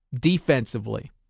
defensively